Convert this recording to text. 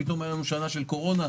פתאום הייתה לנו שנה של קורונה,